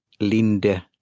Linde